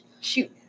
shoot